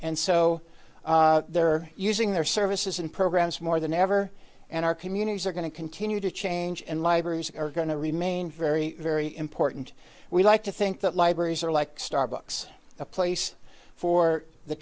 and so they're using their services and programs more than ever and our communities are going to continue to change and libraries are going to remain very very important we like to think that libraries are like starbucks a place for the